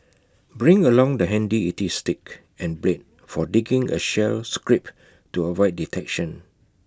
bring along the handy E T stick and blade for digging A shell scrape to avoid detection